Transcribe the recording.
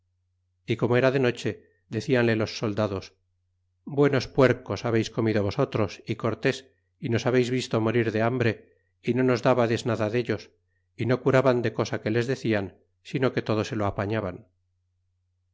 y como era de noche decianle los soldados buenos puercos habeis comido vosotros y cortés y nos habeis visto morir de hambre é no nos dabades nada dellos y no curaban de cosa que les decian sino que todo se lo apañaban